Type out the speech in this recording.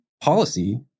policy